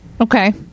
Okay